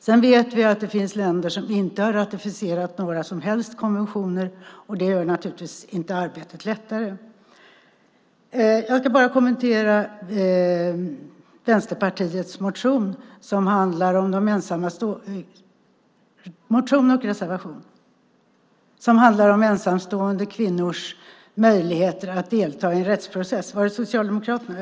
Sedan vet vi att det finns länder som inte har ratificerat några som helst konventioner, och det gör naturligtvis inte arbetet lättare. Jag ska bara kommentera Vänsterpartiets motion och reservation som handlar om ensamstående kvinnors möjligheter att delta i en rättsprocess. Eller var det Socialdemokraternas?